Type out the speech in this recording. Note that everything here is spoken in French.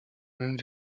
même